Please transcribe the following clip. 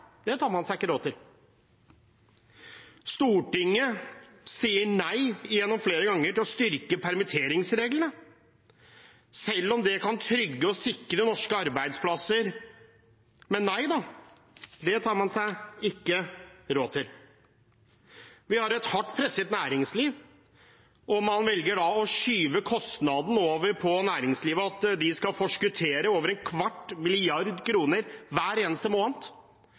det tar man seg ikke råd til. Stortinget sier flere ganger nei til å styrke permitteringsreglene, selv om det kan trygge og sikre norske arbeidsplasser, men nei da, det tar man seg ikke råd til. Vi har et hardt presset næringsliv, og man velger å skyve kostnaden over på næringslivet, at de skal forskuttere over en kvart milliard koner hver eneste måned.